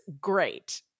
great